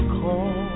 call